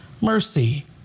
mercy